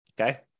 Okay